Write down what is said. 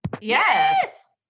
Yes